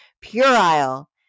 puerile